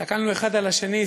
הסתכלנו אחד על השני,